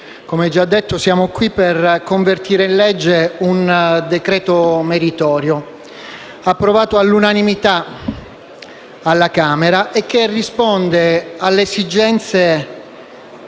come già detto siamo qui per convertire in legge un decreto-legge meritorio, approvato all'unanimità alla Camera e che risponde all'esigenza